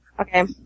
Okay